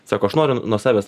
sako aš noriu nuo savęs